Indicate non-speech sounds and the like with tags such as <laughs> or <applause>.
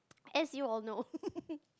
as you all know <laughs>